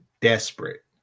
desperate